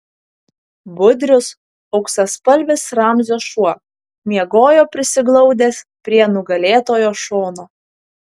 budrius auksaspalvis ramzio šuo miegojo prisiglaudęs prie nugalėtojo šono